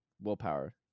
willpower